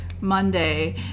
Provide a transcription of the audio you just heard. Monday